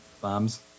bombs